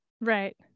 Right